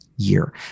year